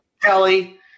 kelly